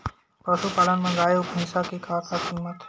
पशुपालन मा गाय अउ भंइसा के का कीमत हे?